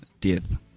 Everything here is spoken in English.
death